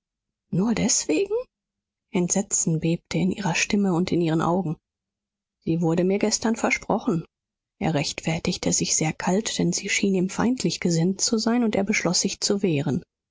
nur deswegen entsetzen bebte in ihrer stimme und in ihren augen sie wurde mir gestern versprochen er rechtfertigte sich sehr kalt denn sie schien ihm feindlich gesinnt zu sein und er beschloß sich zu wehren